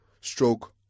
Stroke